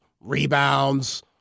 rebounds